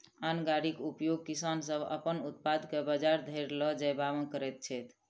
अन्न गाड़ीक उपयोग किसान सभ अपन उत्पाद के बजार धरि ल जायबामे करैत छथि